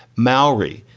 maori,